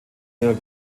ihrer